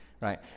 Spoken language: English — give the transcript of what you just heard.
right